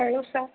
hello sir